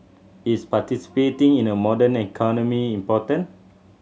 is participating in a modern economy important